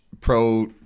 pro